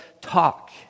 talk